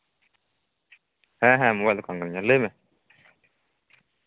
ᱦᱮᱸ ᱦᱮᱸ ᱢᱳᱵᱟᱭᱤᱞ ᱫᱚᱠᱟᱱ ᱠᱟᱱᱜᱮᱭᱟ ᱞᱟᱹᱭᱢᱮ